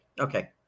Okay